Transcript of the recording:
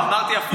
אמרתי הפוך,